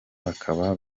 bakaba